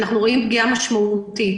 אנחנו רואים פגיעה משמעותית.